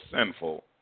sinful